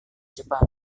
jepang